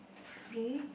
free